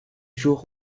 jour